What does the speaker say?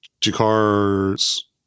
Jakar's